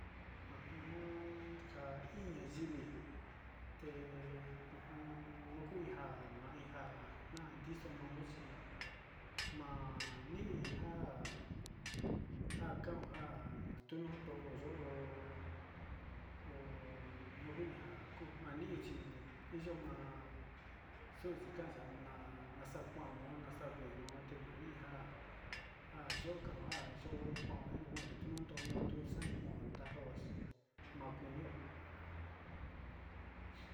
Ajan ka'a iin ñayivi te ajan nuu kuijan, naijan nan ndixomoxi ma'a ninja njakunka tuu no'o yojo ho honokuija ko nani xuni ma'a xuxikaya xa'a xana kuan mo'o naxa'a kuan vée notenija njayoka njan yo'ó konnati tunto otun naxakonda najo kuxhi makunio.